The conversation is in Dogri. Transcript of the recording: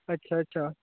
अच्छा अच्छा